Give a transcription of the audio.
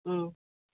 ꯎꯝ